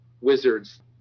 wizards